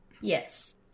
Yes